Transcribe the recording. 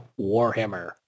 Warhammer